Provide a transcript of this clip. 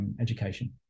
education